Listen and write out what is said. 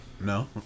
No